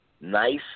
Nice